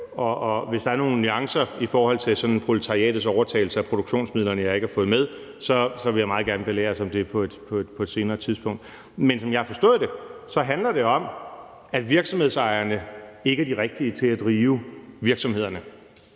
og hvis der er nogle nuancer i forhold til proletariatets overtagelse af produktionsmidlerne, jeg har ikke fået med, så vil jeg meget gerne belæres om det på et senere tidspunkt. Men som jeg har forstået det, handler det om, at virksomhedsejerne ikke er de rigtige til at drive virksomhederne.